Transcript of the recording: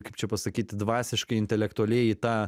kaip čia pasakyti dvasiškai intelektualiai į tą